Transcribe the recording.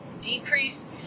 decrease